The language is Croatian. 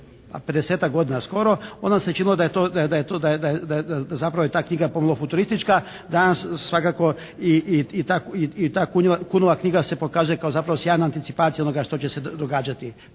godina skoro onda nam se činilo da je to, da zapravo je ta knjiga pomalo futuristička. Danas svakako i ta Kunova knjiga se pokazuje kao zapravo sjajna anticipacija onoga što će se događati.